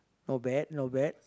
not bad not bad